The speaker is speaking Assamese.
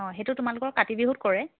অঁ সেইটো তোমালোকৰ কাতি বিহুত কৰে